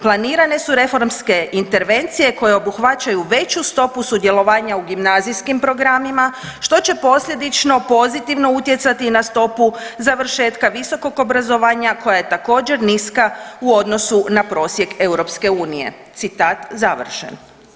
Planirane su reformske intervencije koje obuhvaćaju veću stopu sudjelovanja u gimnazijskim programima, što će posljedično pozitivno utjecati na stopu završetka visokog obrazovanja koja je također, niska u odnosu na prosjek EU, citat završen.